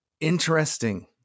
interesting